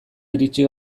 iritsi